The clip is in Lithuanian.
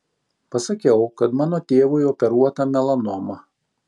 pasakiau kad mano tėvui operuota melanoma